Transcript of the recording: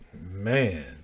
man